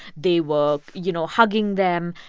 they were, you know, hugging them.